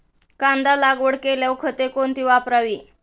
कांदा लागवड केल्यावर खते कोणती वापरावी?